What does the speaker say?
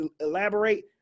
elaborate